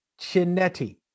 Chinetti